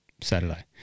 Saturday